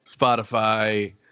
Spotify